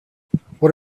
what